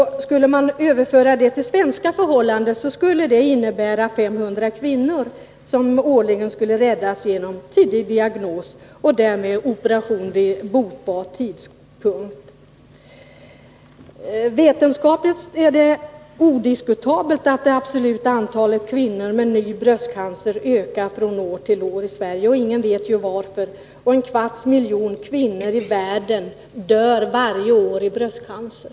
Överför man de siffrorna till svenska förhållanden innebär det att årligen 500 kvinnor skulle räddas till livet genom tidig diagnos och därmed operation vid botbar tidpunkt. Vetenskapligt är det odiskutabelt att det absoluta antalet kvinnor med ny bröstcancer i Sverige ökar från år till år. Ingen vet varför. En kvarts miljon kvinnor i världen dör varje år i bröstcancer.